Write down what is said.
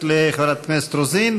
לחברת הכנסת רוזין.